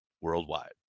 worldwide